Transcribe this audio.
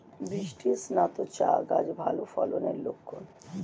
বৃষ্টিস্নাত চা গাছ ভালো ফলনের লক্ষন